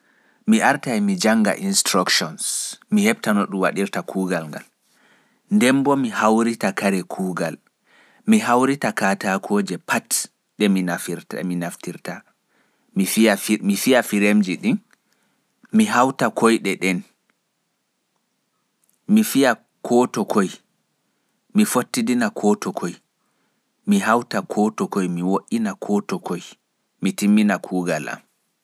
Mi artai mi janga mi faama instructions nden bo mi haurita kare kuugal. Mi hauritai katakooje pat ɗe mi naftirta nden mi fiya firemji, mi darna koiɗe mi timmina kuugal.